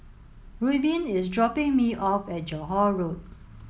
Reubin is dropping me off at Johore Road